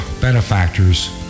benefactors